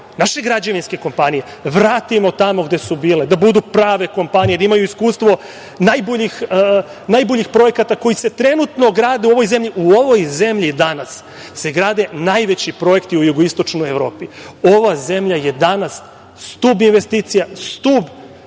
naše građevinske kompanije vratimo tamo gde su bile, da budu prave kompanije, da imaju iskustvo najboljih projekata koji se trenutno grade u ovoj zemlji.U ovoj zemlji danas se grade najveći projekti u jugoistočnoj Evropi. Ova zemlja je danas stub investicija, stub ekonomske